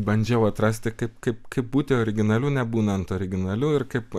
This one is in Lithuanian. bandžiau atrasti kaip kaip kaip būti originaliu nebūnant originaliu ir kaip